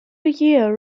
year